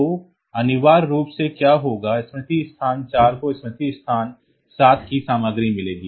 तो अनिवार्य रूप से क्या होगा स्मृति स्थान 4 को स्मृति स्थान 7 की सामग्री मिलेगी